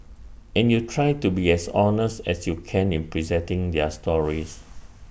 and you try to be as honest as you can in presenting their stories